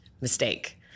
mistake